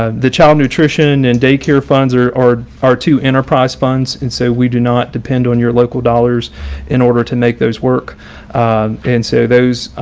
ah the child nutrition and daycare funds are our our two enterprise funds. and so we do not depend on your local dollars in order to make those work and say those,